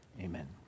Amen